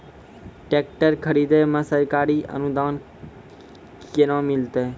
Tractor खरीदै मे सरकारी अनुदान केना मिलतै?